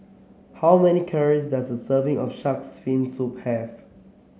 how many calories does a serving of shark's fin soup have